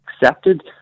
accepted